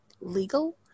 legal